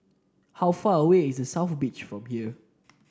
how far away is The South Beach from here